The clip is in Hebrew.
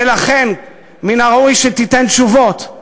ולכן, מן הראוי שתיתן תשובות.